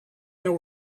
there